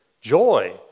joy